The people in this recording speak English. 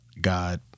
God